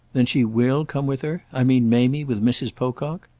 then she will come with her i mean mamie with mrs. pocock?